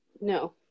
No